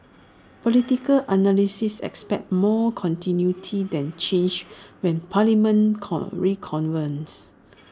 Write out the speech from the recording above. political analysts expect more continuity than change when parliament con reconvenes